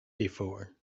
before